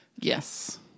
Yes